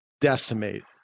decimate